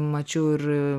mačiau ir